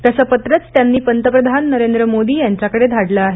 तसं पत्रच त्यांनी पंतप्रधान नरेंद्र मोदी यांच्याकडे धाडलं आहे